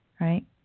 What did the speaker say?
Right